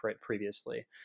previously